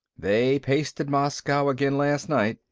they pasted moscow again last night.